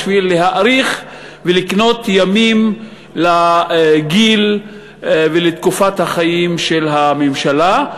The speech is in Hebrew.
בשביל להאריך ולקנות ימים לגיל ולתקופת החיים של הממשלה,